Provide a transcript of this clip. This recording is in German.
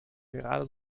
gerade